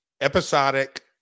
episodic